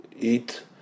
eat